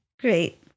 great